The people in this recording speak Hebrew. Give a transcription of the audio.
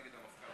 נגד המפכ"ל,